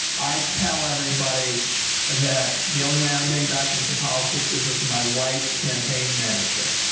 i tell everybody that the only way i'm getting back into politics is as my wife's campaign manager.